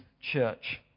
church